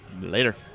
Later